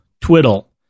twiddle